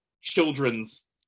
children's